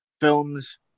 films